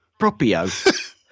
propio